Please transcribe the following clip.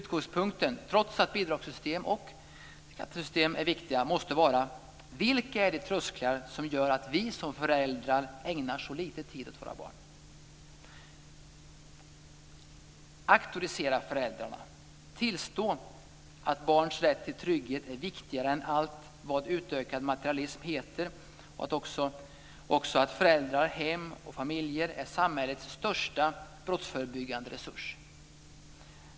Trots att bidragssystem och skattesystem är viktiga måste utgångspunkten vara vilka de trösklar är som gör att vi som föräldrar ägnar så lite tid åt våra barn. Vi måste auktorisera föräldrarna. Vi måste tillstå att barns rätt till trygghet är viktigare än allt vad utökad materialism heter. Föräldrar, hem och familjer är samhällets största brottsförebyggande resurs.